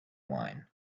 wine